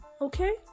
Okay